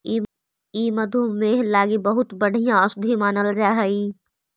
ई मधुमेह लागी बहुत बढ़ियाँ औषधि मानल जा हई